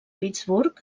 pittsburgh